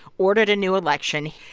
ordered a new election.